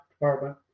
department